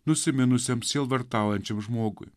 nusiminusiam sielvartaujančiam žmogui